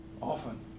Often